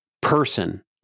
person